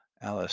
Alice